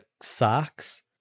socks